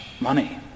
money